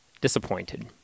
disappointed